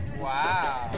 wow